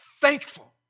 thankful